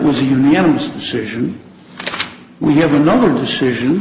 was a unanimous decision we have another decision